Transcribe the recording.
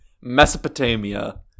Mesopotamia